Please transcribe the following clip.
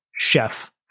Chef